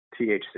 THC